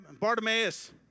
Bartimaeus